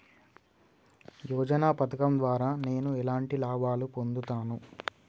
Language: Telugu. యోజన పథకం ద్వారా నేను ఎలాంటి లాభాలు పొందుతాను?